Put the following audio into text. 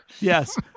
Yes